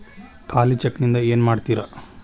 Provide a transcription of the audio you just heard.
ಖಾಲಿ ಚೆಕ್ ನಿಂದ ಏನ ಮಾಡ್ತಿರೇ?